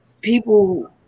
people